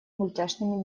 мультяшными